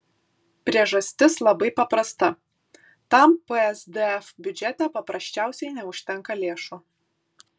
priežastis labai paprasta tam psdf biudžete paprasčiausiai neužtenka lėšų